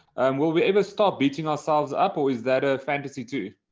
will we ever stop beating ourselves up, or is that a fantasy too?